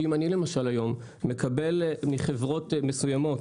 שאם אני למשל היום מקבל מחברות מסוימות